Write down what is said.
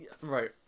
right